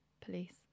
police